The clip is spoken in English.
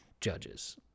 judges